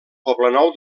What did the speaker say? poblenou